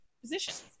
positions